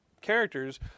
characters